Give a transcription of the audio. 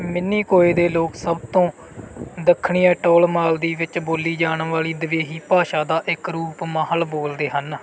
ਮਿਨੀਕੋਏ ਦੇ ਲੋਕ ਸਭ ਤੋਂ ਦੱਖਣੀ ਐਟੋਲ ਮਾਲਦੀਵ ਵਿੱਚ ਬੋਲੀ ਜਾਣ ਵਾਲੀ ਦਿਵੇਹੀ ਭਾਸ਼ਾ ਦਾ ਇੱਕ ਰੂਪ ਮਾਹਲ ਬੋਲਦੇ ਹਨ